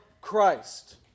Christ